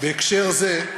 בהקשר זה,